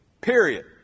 Period